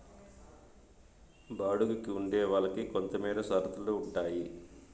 బాడుగికి ఉండే వాళ్ళకి కొంతమేర షరతులు ఉంటాయి